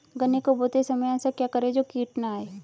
गन्ने को बोते समय ऐसा क्या करें जो कीट न आयें?